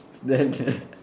then